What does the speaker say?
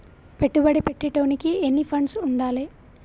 పెట్టుబడి పెట్టేటోనికి ఎన్ని ఫండ్స్ ఉండాలే?